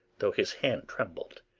though his hand trembled,